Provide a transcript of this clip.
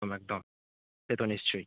একদম একদম সে তো নিশ্চয়ই